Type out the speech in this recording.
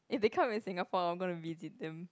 if they come in Singapore I'm gonna visit them